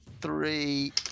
three